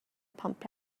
pump